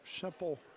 simple